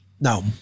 No